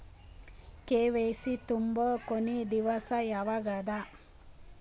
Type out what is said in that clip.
KYC ತುಂಬೊ ಕೊನಿ ದಿವಸ ಯಾವಗದ?